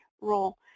role